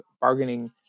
bargaining